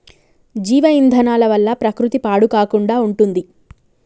జీవ ఇంధనాల వల్ల ప్రకృతి పాడు కాకుండా ఉంటుంది